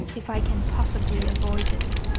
if i can possibly avoid it.